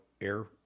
air